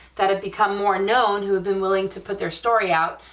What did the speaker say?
that have become more known who've been willing to put their story out,